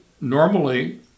normally